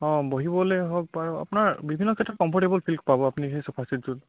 অঁ বহিবলৈ হওক বা আপোনাৰ বিভিন্ন ক্ষেত্ৰত কমফৰ্টেবল ফিল পাব আপুনি সেই চোফা চেটযোৰত